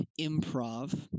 improv